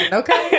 okay